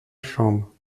chambre